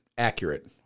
Accurate